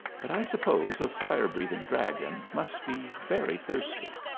but i suppose a fire-breathing dragon must be very thirsty.